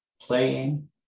playing